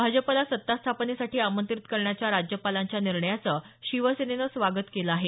भाजपला सत्ता स्थापनेसाठी आमंत्रित करण्याच्या राज्यपालांच्या निर्णयाचं शिवसेनेनं स्वागत केलं आहे